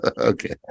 okay